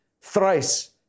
thrice